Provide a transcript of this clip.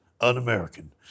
un-American